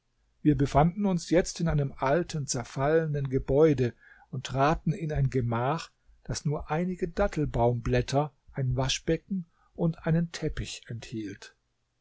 wir befanden uns jetzt in einem alten zerfallenen gebäude und traten in ein gemach das nur einige dattelbaumblätter ein waschbecken und einen teppich enthielt